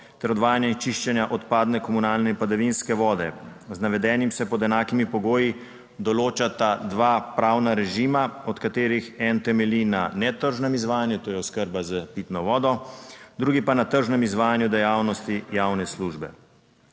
ter odvajanja in čiščenja odpadne komunalne in padavinske vode. Z navedenim se pod enakimi pogoji določata dva pravna režima, od katerih en temelji na netržnem izvajanju, to je oskrba s pitno vodo, drugi pa na tržnem izvajanju dejavnosti javne službe.